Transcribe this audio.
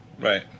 Right